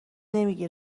نمیگی